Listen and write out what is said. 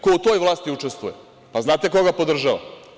Ko u toj vlasti učestvuje, pa znate koga podržava?